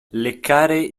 leccare